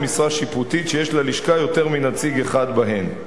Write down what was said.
משרה שיפוטית שיש ללשכה יותר מנציג אחד בהם.